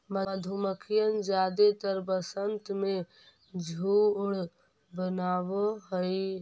मधुमक्खियन जादेतर वसंत में झुंड बनाब हई